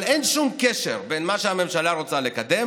אבל אין שום קשר בין מה שהממשלה רוצה לקדם